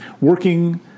working